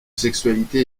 sexualité